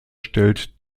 stellt